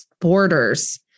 borders